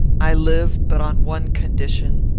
i lived but on one condition.